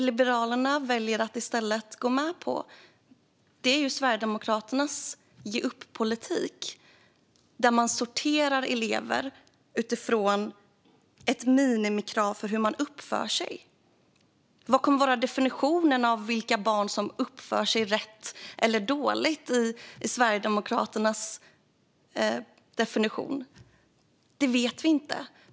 Liberalerna väljer i stället att gå med på Sverigedemokraternas "ge upp"-politik där elever sorteras utifrån ett minimikrav på hur man uppför sig. Vad kommer att vara definitionerna av vilka barn som uppför sig "rätt" eller "dåligt" enligt Sverigedemokraterna? Det vet vi inte.